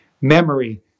memory